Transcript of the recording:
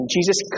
Jesus